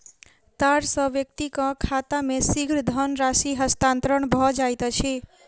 तार सॅ व्यक्तिक खाता मे शीघ्र धनराशि हस्तांतरण भ जाइत अछि